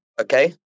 okay